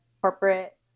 corporate